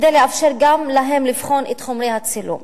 כדי לאפשר גם להם לבחון את חומרי הצילום.